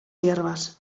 hierbas